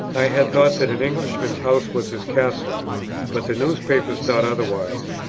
i had thought that an englishman's house was his castle but the newspapers thought otherwise,